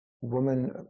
woman